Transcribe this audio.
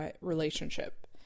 relationship